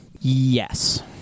Yes